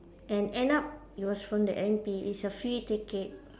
and end up it was from the M_P it's a free ticket